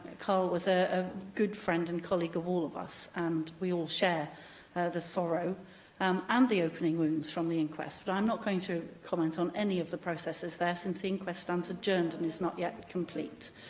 carl was a ah good friend and colleague of all of us, and we all share the sorrow um and the opening wounds from the inquest, but i'm not going to comment on any of the processes there, since the inquest stands adjourned and is not yet complete,